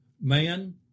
man